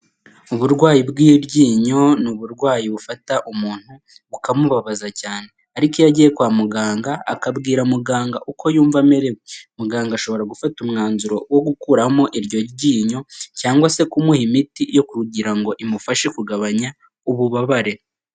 Uburwayi bw'ibyinyo ni uburwayi bufata umuntu bukamubabaza cyane. Ariko iyo agiye kwa muganga akabwira muganga uko yumva amerewe, muganga ashobora gufata umwanzuro wo gukuramo iryo ryinyo, cyangwa se kumuha imiti yo kugira ngo imufashe kugabanya ububabare.